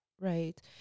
Right